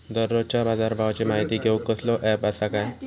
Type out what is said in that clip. दररोजच्या बाजारभावाची माहिती घेऊक कसलो अँप आसा काय?